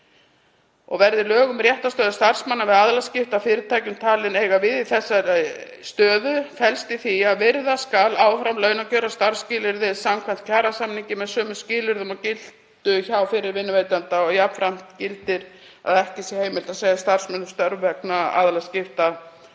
Verði lög um réttarstöðu starfsmanna við aðilaskipti að fyrirtækjum talin eiga við í þessari stöðu felst í því að virða skal áfram launakjör og starfsskilyrði samkvæmt kjarasamningi með sömu skilyrðum og giltu hjá fyrri vinnuveitanda og jafnframt gildir að ekki sé heimilt að segja starfsmanni upp störfum vegna aðilaskipta bæði fyrir og